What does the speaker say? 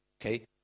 Okay